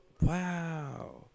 wow